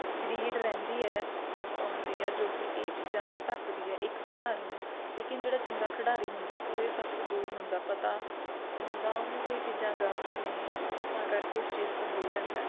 greed ਰਹਿੰਦੀ ਹੈ first ਆਉਣ 'ਤੇ ਜਾਂ ਜੋ ਕਿ ਇਹ ਚੀਜ਼ਾਂ ਵੱਲ ਧੱਕਦੀ ਹੈ ਇੱਕ ਖਿਡਾਰੀ ਨੂੰ ਲੇਕਿਨ ਜਿਹੜਾ ਚੰਗਾ ਖਿਡਾਰੀ ਹੁੰਦਾ ਉਹ ਇਹ ਸਭ ਤੋਂ ਦੂਰ ਹੁੰਦਾ ਪਤਾ ਹੁੰਦਾ ਉਹਨੂੰ ਵੀ ਇਹ ਚੀਜ਼ਾਂ ਗਲਤ ਨੇ ਤਾਂ ਕਰਕੇ ਉਸ ਚੀਜ਼ ਤੋਂ ਦੂਰ ਰਹਿੰਦਾ